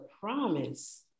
promise